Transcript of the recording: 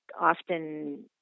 often